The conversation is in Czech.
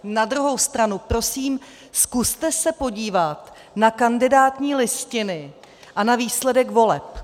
Na druhou stranu prosím, zkuste se podívat na kandidátní listiny a na výsledek voleb.